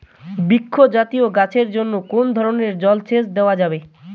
বৃক্ষ জাতীয় গাছের জন্য কোন ধরণের জল সেচ দেওয়া যাবে?